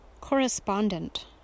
correspondent